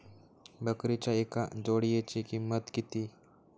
बकरीच्या एका जोडयेची किंमत किती?